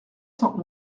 cent